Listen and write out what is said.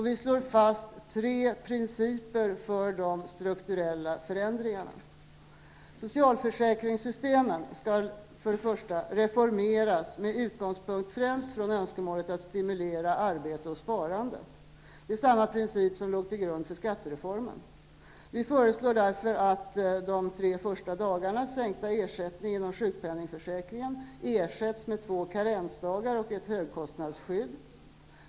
Vi slår fast tre principer för de strukturella förändringarna: Socialförsäkringssystemen skall för det första reformeras med utgångspunkt främst från önskemålet att stimulera arbete och sparande. Det är samma princip som låg till grund för skattereformen. Vi föreslår därför att de tre första dagarnas sänkta ersättning i sjukpenningförsäkringen ersätts med två karensdagar och ett högkostnadsskydd.